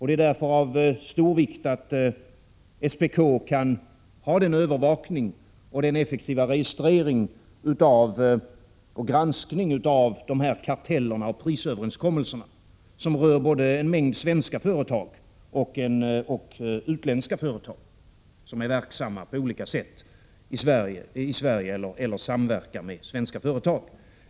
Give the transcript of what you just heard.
Det är därför av stor vikt att SPK kan ha den övervakning, den effektiva registrering och den granskning av dessa karteller och prisöverenskommelser som rör både en mängd svenska företag och utländska företag som är verksamma på olika sätt i Sverige eller som samverkar med svenska företag.